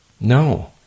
No